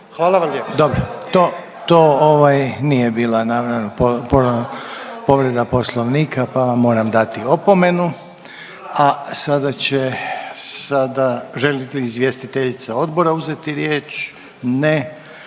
Željko (HDZ)** Dobro, to ovaj nije bila povreda poslovnika pa vam moram dati opomenu. A sada će, želi li izvjestiteljica odbora uzeti riječ? Ne,